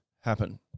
happen